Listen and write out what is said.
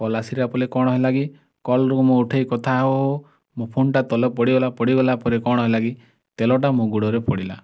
call ଆସିଲା ପଲେ କ'ଣ ହେଲା କି କଲ୍ରୁ ମୁଁ ଉଠେଇକି କଥା ହଉ ହଉ ମୋ ଫୋନ୍ଟା ତଲେ ପଡ଼ିଗଲା ପଡ଼ିଗଲା ପରେ କ'ଣ ହେଲାକି ତେଲଟା ମୋ ଗୋଡ଼ରେ ପଡ଼ିଲା